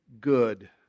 good